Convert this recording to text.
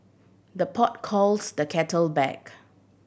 the pot calls the kettle black